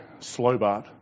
Slobart